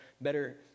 better